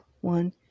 one